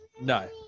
No